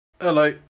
Hello